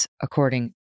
according